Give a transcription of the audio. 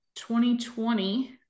2020